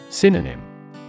Synonym